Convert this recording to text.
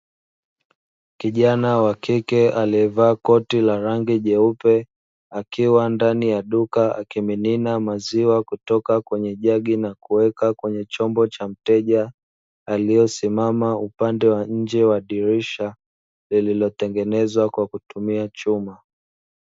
Kijana wa kike aliyevaa koti la rangi jeupe, akiwa ndani ya duka akimimina maziwa kutoka kwenye jagi na kuweka kwenye chombo cha mteja, aliyesimama upande wa nje wa dirisha, lililotengenezwa kwa kutumia chuma.